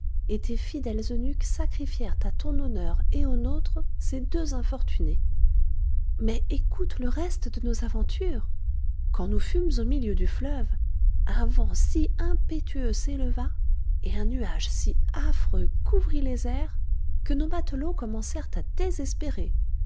tes fidèles eunuques sacrifièrent à ton honneur et au nôtre ces deux infortunés mais écoute le reste de nos aventures quand nous fûmes au milieu du fleuve un vent si impétueux s'éleva et un nuage si affreux couvrit les airs que nos matelots commencèrent à désespérer